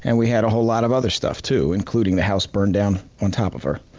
and we had a whole lot of other stuff too, including the house burned down, on top of her,